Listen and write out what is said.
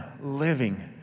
living